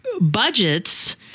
budgets